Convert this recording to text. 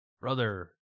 Brother